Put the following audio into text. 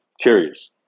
Curious